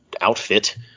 outfit